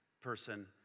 person